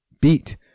beat